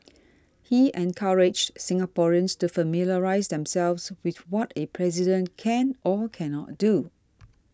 he encouraged Singaporeans to familiarise themselves with what a President can or can not do